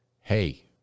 hey